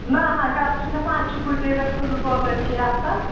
نہ نہ گرٕ چھُنہٕ گژھان اَسہِ چھُ پُٹیکَس پٮ۪ٹھ زٕ ژور لٔڑکی آسان